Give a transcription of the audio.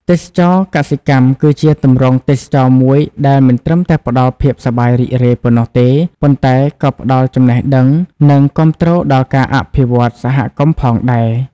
ទេសចរណ៍កសិកម្មគឺជាទម្រង់ទេសចរណ៍មួយដែលមិនត្រឹមតែផ្ដល់ភាពសប្បាយរីករាយប៉ុណ្ណោះទេ ប៉ុន្តែក៏ផ្ដល់ចំណេះដឹង និងគាំទ្រដល់ការអភិវឌ្ឍសហគមន៍ផងដែរ ។